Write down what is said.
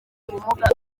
ubumuga